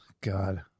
God